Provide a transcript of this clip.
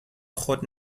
خود